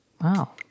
Wow